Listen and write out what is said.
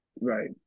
Right